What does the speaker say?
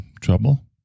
Trouble